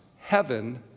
heaven